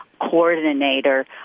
coordinator